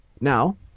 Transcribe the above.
Now